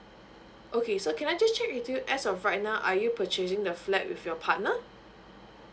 okay so can I just check with you as of right now are you purchasing the flat with your partner